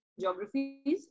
geographies